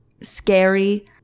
scary